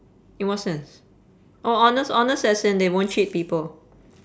in what sense oh honest honest as in they won't cheat people